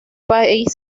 país